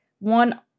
One